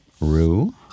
Rue